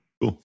cool